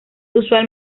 usual